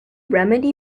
remedy